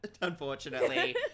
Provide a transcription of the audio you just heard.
unfortunately